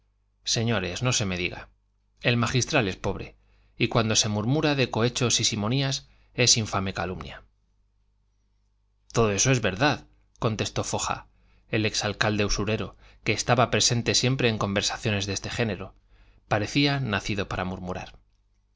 señores no se me diga el magistral es pobre y cuanto se murmura de cohechos y simonías es infame calumnia todo esto es verdad contestó foja el ex alcalde usurero que estaba presente siempre en conversaciones de este género parecía nacido para murmurar